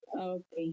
Okay